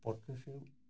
ପଚିଶ